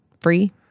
free